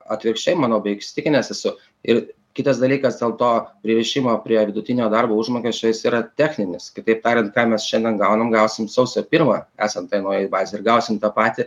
atvirkščiai manau beveik įsitikinęs esu ir kitas dalykas dėl to pririšimo prie vidutinio darbo užmokesčio jis yra techninis kitaip tariant ką mes šiandien gaunam gausim sausio pirmą esant tai naujai bazei ir gausim tą patį